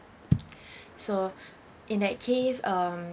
so in that case um